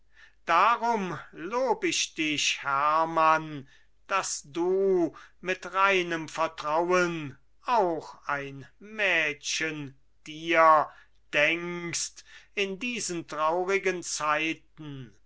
darum lob ich dich hermann daß du mit reinem vertrauen auch ein mädchen dir denkst in diesen traurigen zeiten